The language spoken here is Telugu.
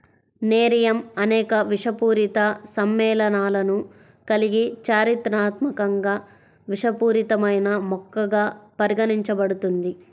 నెరియమ్ అనేక విషపూరిత సమ్మేళనాలను కలిగి చారిత్రాత్మకంగా విషపూరితమైన మొక్కగా పరిగణించబడుతుంది